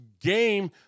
game